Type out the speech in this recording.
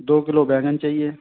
दो किलो बैंगन चाहिए